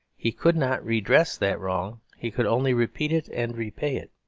he could not redress that wrong he could only repeat it and repay it.